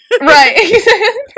Right